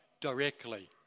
directly